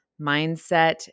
mindset